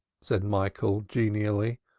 said michael genially.